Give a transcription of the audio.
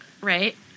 right